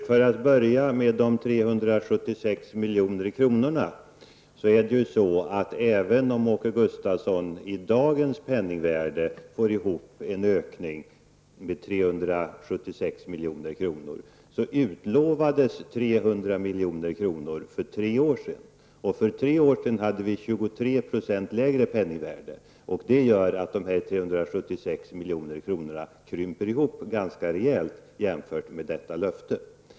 Herr talman! Även om Åke Gustavsson i dagens penningvärde får ihop en ökning med 376 miljoner kronor, utlovades 300 miljoner kronor för 3 år sedan. För 3 år sedan hade vi 23 % lägre penningvärde och det gör att dessa 376 miljoner kronor krymper ihop ganska rejält jämfört med detta löfte.